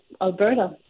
Alberta